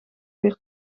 weer